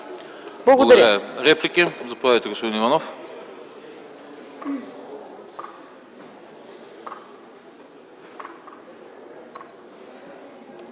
Благодаря.